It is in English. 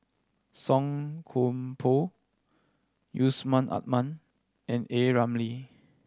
Song Koon Poh Yusman Aman and A Ramli